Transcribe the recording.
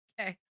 Okay